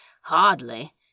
Hardly